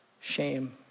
Shame